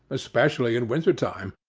especially in winter-time,